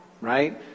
right